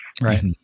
Right